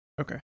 Okay